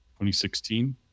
2016